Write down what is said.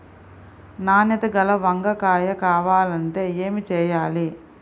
నాణ్యత గల వంగ కాయ కావాలంటే ఏమి చెయ్యాలి?